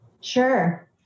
sure